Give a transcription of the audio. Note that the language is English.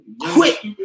quick